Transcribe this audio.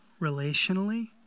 Relationally